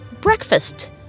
breakfast